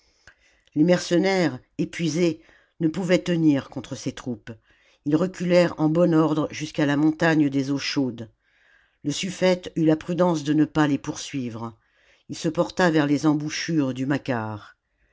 les mercenaires épuisés ne pouvaient tenir contre ses troupes ils reculèrent en bon ordre jusqu'à la montagne des eaux chaudes le suffète eut la prudence de ne pas les poursuivre ii se porta vers les embouchures du